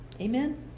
Amen